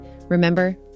Remember